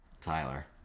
Tyler